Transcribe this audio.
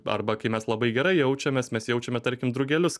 arba kai mes labai gerai jaučiamės mes jaučiame tarkim drugelius